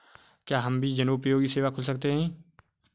क्या हम भी जनोपयोगी सेवा खोल सकते हैं?